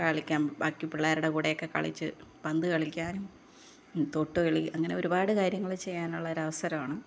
കളിക്കാം ബാക്കി പിള്ളേരുടെ കൂടെ ഒക്കെ കളിച്ച് പന്ത് കളിക്കാനും തൊട്ടുകളി അങ്ങനെ ഒരുപാടു കാര്യങ്ങൾ ചെയ്യാനുള്ള ഒരു അവസരമാണ്